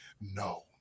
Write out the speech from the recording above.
No